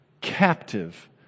captive